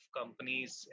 companies